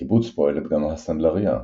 בקיבוץ פועלת גם "הסנדלריה",